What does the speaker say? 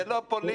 זה לא פוליטיקה.